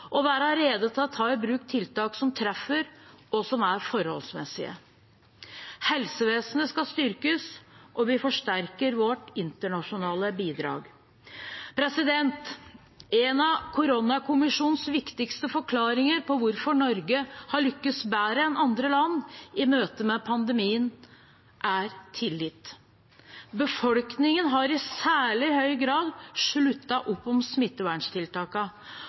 og være rede til å ta i bruk tiltak som treffer, og som er forholdsmessige. Helsevesenet skal styrkes, og vi forsterker vårt internasjonale bidrag. En av koronakommisjonens viktigste forklaringer på hvorfor Norge har lyktes bedre enn andre land i møte med pandemien, er tillit. Befolkningen har i særlig høy grad sluttet opp om